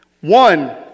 one